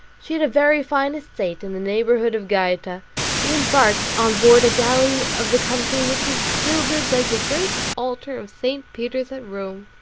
she had a very fine estate in the neighbourhood of gaeta. we embarked on board a galley of the country which was gilded like the great altar of st. peter's at rome.